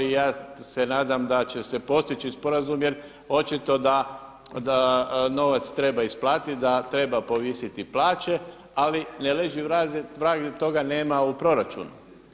Ja se nadam da će se postići sporazum jer očito da novac treba isplatiti, da treba povisiti plaće, ali ne lezi vraže, toga nema u proračunu.